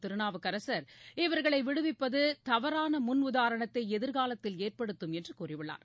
திருநாவுக்கரசர் இவர்களை விடுவிப்பது தவறான முன்னுதாரணத்தை எதிர்காலத்தில் ஏற்படுத்தும் என்று கூறியுள்ளார்